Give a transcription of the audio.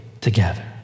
together